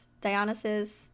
dionysus